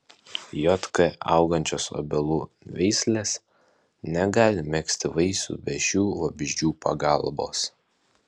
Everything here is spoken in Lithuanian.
jk augančios obelų veislės negali megzti vaisių be šių vabzdžių pagalbos